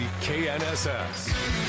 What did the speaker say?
KNSS